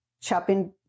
chopping